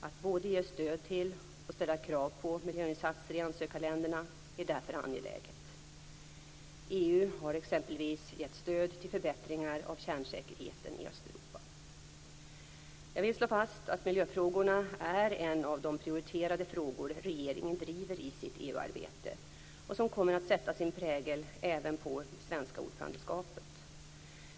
Att både ge stöd till och ställa krav på miljöinsatser i ansökarländerna är därför angeläget. EU har exempelvis gett stöd till förbättringar av kärnsäkerheten i Jag vill slå fast att miljöfrågorna är en av de prioriterade frågor regeringen driver i sitt EU-arbete och som kommer att sätta sin prägel även på det svenska ordförandeskapet.